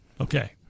Okay